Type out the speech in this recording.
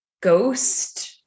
ghost-